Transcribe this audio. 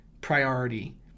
priority